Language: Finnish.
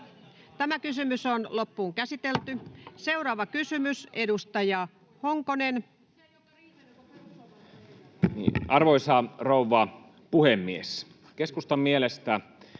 Kuka se jakaa rahaa rikkaille?] Seuraava kysymys, edustaja Honkonen. Arvoisa rouva puhemies! Keskustan mielestä